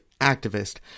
activist